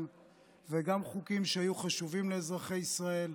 וגם לחוקים שהיו חשובים לאזרחי ישראל.